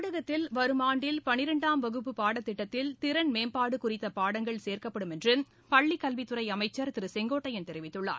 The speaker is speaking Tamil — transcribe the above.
தமிழகத்தில் வரும் ஆண்டில் பன்னிரெண்டாம் வகுப்பு பாடத்திட்டத்தில் திறன் மேம்பாடு குறித்த பாடங்கள் சேர்க்கப்படும் என்று பள்ளி கல்வித் துறை அமைச்சர் திரு செங்கோட்டையன் தெரிவித்துள்ளார்